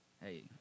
hey